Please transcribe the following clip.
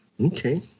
okay